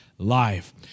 Life